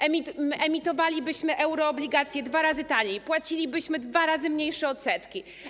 Emitowalibyśmy euroobligacje dwa razy taniej, płacilibyśmy dwa razy mniejsze odsetki.